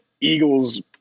Eagles